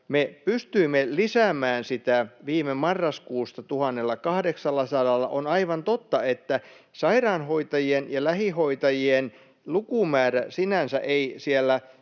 me pystyimme lisäämään sitä viime marraskuusta 1 800:lla. On aivan totta, että sairaanhoitajien ja lähihoitajien lukumäärä sinänsä ei siellä